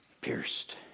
Pierced